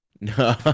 No